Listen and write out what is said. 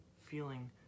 feeling